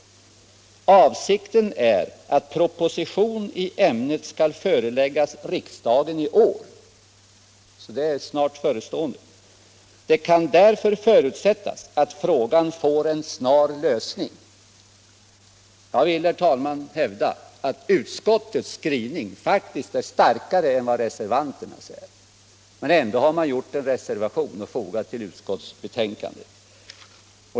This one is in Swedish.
Avsikten är att proposition i ämnet skall föreläggas riksdagen i år.” Det är alltså nära förestående. Det heter vidare: ”Det kan därför förutsättas att frågan får en snar lösning.” Jag vill, herr talman, hävda att utskottets skrivning faktiskt är starkare än reservanternas. Men ändå har man fogat en reservation till utskottsbetänkandet.